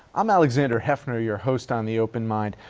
i'm alexander heffner, your host on the open mind.